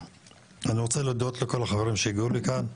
אני רוצה להודות לכל החברים שהגיעו לכאן.